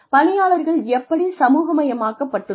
பணியாளர்கள் எப்படி சமூகமயமாக்கப் பட்டுள்ளனர்